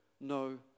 no